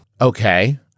Okay